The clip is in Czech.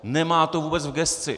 Nemá to vůbec v gesci.